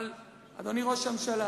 אבל, אדוני ראש הממשלה,